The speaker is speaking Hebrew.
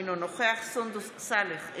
אינו נוכח סונדוס סאלח,